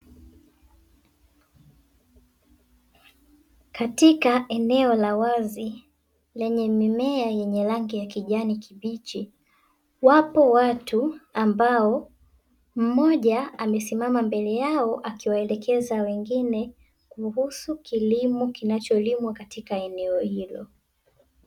Katika eneo la wazi lenye mimea yenye rangi ya kijani kibichi, wapo watu ambao mmoja amesimama mbele yao akiwaelekeza wengine kuhusu kilimo kinacholimwa katika eneo hilo.